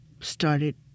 started